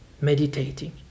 meditating